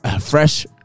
fresh